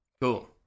Cool